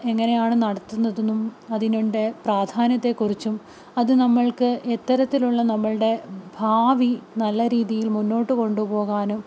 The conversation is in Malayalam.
എങ്ങനെയാണ് നടത്തുന്നതെന്നും അതിന് വേണ്ട പ്രാധാന്യത്തെക്കുറിച്ചും അത് നമ്മൾക്ക് എത്തരത്തിലുള്ള നമ്മളുടെ ഭാവി നല്ല രീതിയിൽ മുന്നോട്ട് കൊണ്ടുപോകാനും